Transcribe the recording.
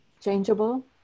changeable